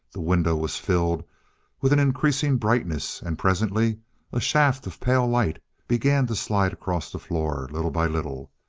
the window was filled with an increasing brightness, and presently a shaft of pale light began to slide across the floor, little by little.